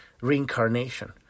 reincarnation